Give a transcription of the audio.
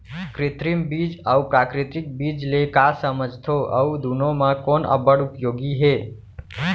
कृत्रिम बीज अऊ प्राकृतिक बीज ले का समझथो अऊ दुनो म कोन अब्बड़ उपयोगी हे?